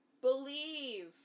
believe